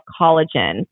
collagen